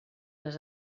les